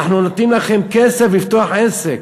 אנחנו נותנים לכם כסף לפתוח עסק.